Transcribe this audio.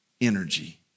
energy